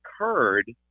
occurred